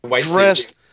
dressed